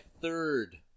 third